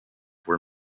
were